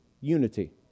unity